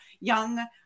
young